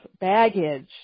baggage